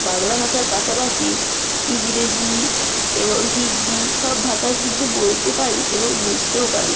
বাংলা ভাষার পাশাপাশি ইংরেজি এবং হিন্দি সব ভাষাই কিন্তু বলতে পারি এবং বুঝতেও পারি